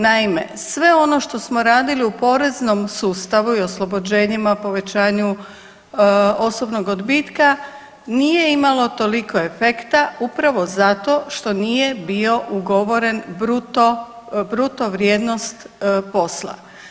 Naime, sve ono što smo radili u poreznom sustavu i oslobođenjima, povećanju osobnog odbitka nije imalo toliko efekta upravo zato što nije bio ugovoren bruto vrijednost posla.